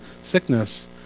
sickness